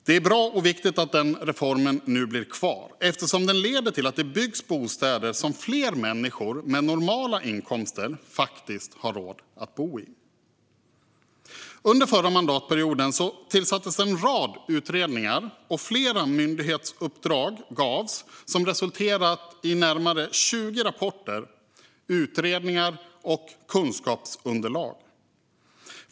Det är bra och viktigt att den reformen nu blir kvar, eftersom den leder till att det byggs bostäder som fler människor med normala inkomster faktiskt har råd att bo i. Under förra mandatperioden tillsattes en rad utredningar och flera myndighetsuppdrag gavs som resulterat i närmare 20 rapporter, utredningar och kunskapsunderlag.